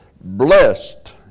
Blessed